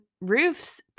roofs